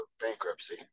bankruptcy